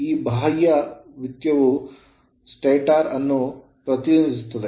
ಈ ಬಾಹ್ಯ ವೃತ್ತವು ಸ್ಟಾಟರ್ ಅನ್ನು ಪ್ರತಿನಿಧಿಸುತ್ತದೆ